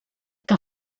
que